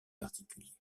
particuliers